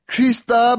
Krista